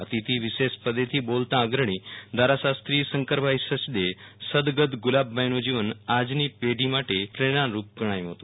અતિથિવિશેષ પદેથી બોલતા અગ્રણી ધારાશાસ્ત્રી શંકરભાઈ સયદેએ સદગત ગુ લાબભાઈનું જીવન આજની પેઢી માટે પ્રેરણારૂપ ગણાવ્યુ હતું